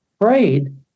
prayed